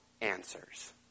answers